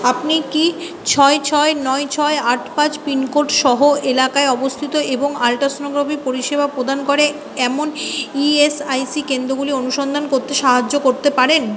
আপনি কি ছয় ছয় নয় ছয় আট পাঁচ পিনকোড সহ এলাকায় অবস্থিত এবং আল্ট্রাসোনোগ্রাফি পরিষেবা প্রদান করে এমন ইএসআইসি কেন্দ্রগুলি অনুসন্ধান করতে সাহায্য করতে পারেন